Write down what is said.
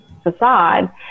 facade